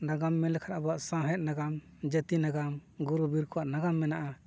ᱱᱟᱜᱟᱢ ᱢᱮᱱ ᱞᱮᱠᱷᱟᱱ ᱟᱵᱚᱣᱟᱜ ᱥᱟᱶᱦᱮᱫ ᱱᱟᱜᱟᱢ ᱡᱟᱹᱛᱤ ᱱᱟᱜᱟᱢ ᱜᱩᱨᱩ ᱵᱤᱨ ᱠᱚᱣᱟᱜ ᱱᱟᱜᱟᱢ ᱢᱮᱱᱟᱜᱼᱟ